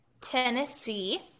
Tennessee